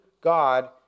God